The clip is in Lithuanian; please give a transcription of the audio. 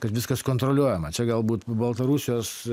kad viskas kontroliuojama čia galbūt baltarusijos